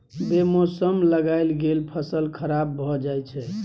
बे मौसम लगाएल गेल फसल खराब भए जाई छै